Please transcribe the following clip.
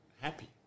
happy